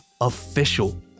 official